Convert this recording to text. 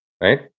right